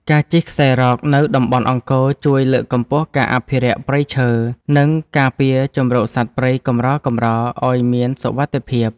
ការជិះខ្សែរ៉កនៅតំបន់អង្គរជួយលើកកម្ពស់ការអភិរក្សព្រៃឈើ និងការពារជម្រកសត្វព្រៃកម្រៗឱ្យមានសុវត្ថិភាព។